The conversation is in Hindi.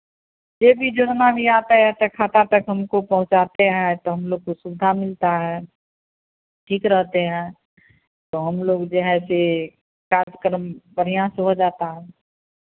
जे भी योजना भी आता है तो खाता तक हमको पहुँचाते हैं तो हमलोग को सुविधा मिलता है ठीक रहते हैं तो हमलोग जो है सो कार्यक्रम बढ़ियाँ से हो जाता है